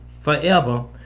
forever